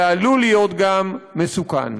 ועלול להיות גם מסוכן.